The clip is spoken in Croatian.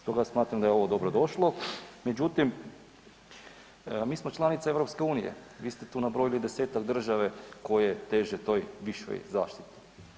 Stoga smatramo da je ovo dobrodošlo, međutim, mi smo članica EU, vi ste tu nabrojili 10-tak države koje teže toj višoj zaštiti.